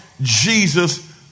Jesus